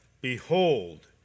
Behold